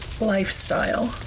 lifestyle